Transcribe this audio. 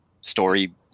story